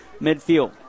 midfield